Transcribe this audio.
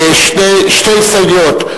שתי הסתייגויות.